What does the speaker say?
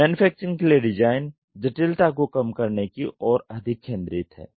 manufacturing के लिए design जटिलता को कम करने की ओर अधिक केंद्रित है